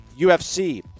UFC